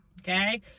okay